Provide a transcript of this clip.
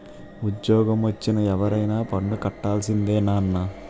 ఉజ్జోగమొచ్చిన ఎవరైనా పన్ను కట్టాల్సిందే నాన్నా